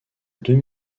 deux